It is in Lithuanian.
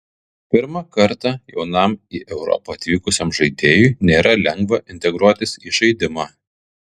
pirmą kartą jaunam į europą atvykusiam žaidėjui nėra lengva integruotis į žaidimą